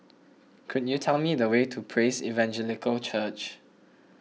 could you tell me the way to Praise Evangelical Church